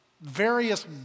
various